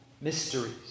Mysteries